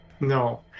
No